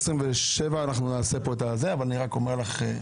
10:27 אנחנו נעשה פה את ה --- אבל אני רק אומר לך,